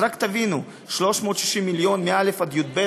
אז רק תבינו: 360 מיליון מא' עד י"ב,